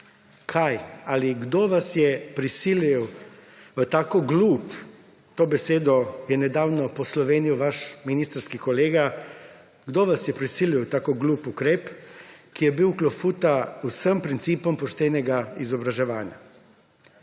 Kaj ali kdo vas je prisilil v tako glup – to besedo je nedavno poslovenil vaš ministrski kolega – ukrep, ki je bil klofuta vsem principom poštenega izobraževanja?